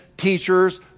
teachers